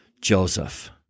Joseph